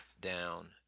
down